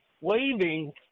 waving